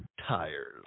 tires